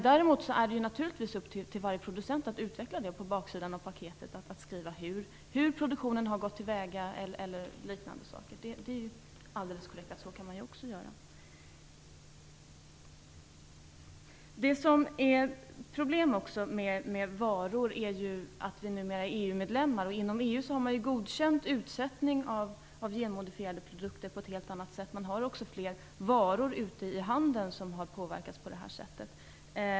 Däremot är det naturligtvis upp till varje producent att utveckla detta, att skriva på baksidan av paketet hur produktionen har gått till och liknande saker. Det är alldeles korrekt att man även kan göra så. Ett annat problem med varor är att vi numera är EU-medlemmar. Inom EU har man ju godkänt utsättning av genmodifierade produkter på ett helt annat sätt, och man har också fler varor ute i handeln som har påverkats på det här sättet.